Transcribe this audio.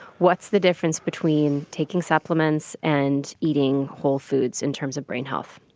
what's the difference between taking supplements and eating whole foods in terms of brain health?